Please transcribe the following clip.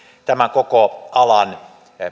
koko alan